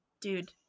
dude